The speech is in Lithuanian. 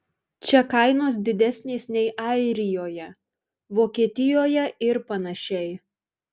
čia kainos didesnės nei airijoje vokietijoje ir panašiai